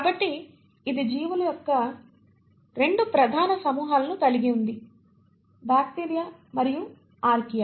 కాబట్టి ఇది జీవుల యొక్క 2 ప్రధాన సమూహాలను కలిగి ఉంది బ్యాక్టీరియా మరియు ఆర్కియా